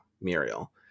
Muriel